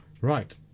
right